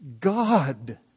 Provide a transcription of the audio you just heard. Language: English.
God